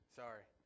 sorry